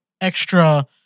extra